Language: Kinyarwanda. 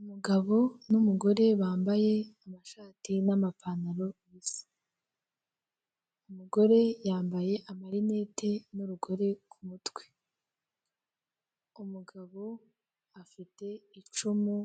Imodoka isa nk'ivu iri mu muhanda iri kugenda ifite amapine y'umukara, ndetse iruhande rw'iyo modoka hari umumotari uhetse umuntu ku ipikipiki wambaye ijire y'umuhondo